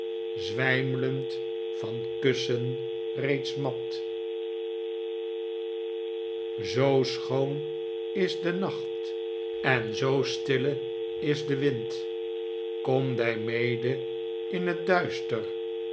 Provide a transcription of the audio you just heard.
zwijmlend van kussen reeds mat zoo schoon is de nacht en zoo stille is de wind komdy mede in het duister